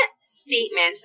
statement